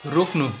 रोक्नु